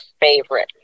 favorite